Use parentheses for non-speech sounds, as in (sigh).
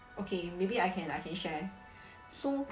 okay maybe I can I can share (breath) so